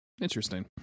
interesting